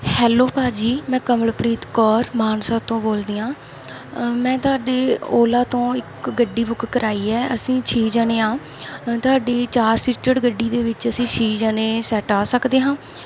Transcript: hello ਭਾਅ ਜੀ ਮੈਂ ਕਮਲਪ੍ਰੀਤ ਕੌਰ ਮਾਨਸਾ ਤੋਂ ਬੋਲਦੀ ਹਾਂ ਮੈਂ ਤੁਹਾਡੇ ਓਲਾ ਤੋਂ ਇੱਕ ਗੱਡੀ ਬੁੱਕ ਕਰਾਈ ਹੈ ਅਸੀਂ ਛੇ ਜਣੇ ਹਾਂ ਤੁਹਾਡੀ ਚਾਰ ਸੀਟਡ ਗੱਡੀ ਦੇ ਵਿੱਚ ਅਸੀਂ ਛੇ ਜਣੇ ਸੈੱਟ ਆ ਸਕਦੇ ਹਾਂ